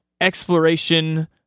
exploration